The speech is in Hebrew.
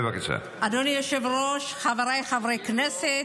אדוני היושב-ראש, חבריי חברי הכנסת,